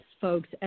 folks